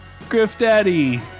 GriffDaddy